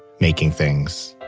making things,